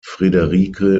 friederike